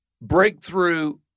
Breakthrough